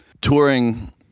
touring